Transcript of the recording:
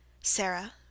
Sarah